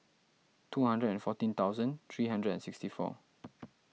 two hundred and fourteen thousand three hundred and sixty four